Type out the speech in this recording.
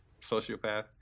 sociopath